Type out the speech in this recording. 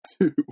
two